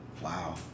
Wow